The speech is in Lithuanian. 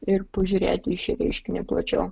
ir pažiūrėti į šį reiškinį plačiau